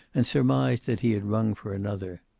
and surmised that he had rung for another.